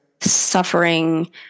suffering